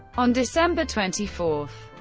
on december twenty four,